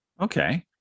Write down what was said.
Okay